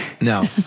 No